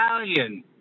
Italian